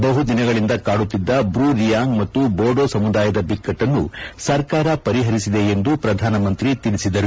ಬಹುದಿನಗಳಿಂದ ಕಾಡುತ್ತಿದ್ದ ಬ್ರೂ ರಿಯಾಂಗ್ ಮತ್ತು ಬೋಡೋ ಸಮುದಾಯದ ಬಿಕ್ಕಟ್ಟನ್ನು ಸರ್ಕಾರ ಪರಿಹರಿಸಿದೆ ಎಂದು ಪ್ರಧಾನಮಂತ್ರಿ ತಿಳಿಸಿದರು